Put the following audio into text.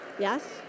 Yes